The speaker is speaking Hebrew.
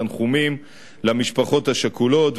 תנחומים למשפחות השכולות,